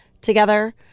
together